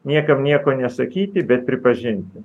niekam nieko nesakyti bet pripažinti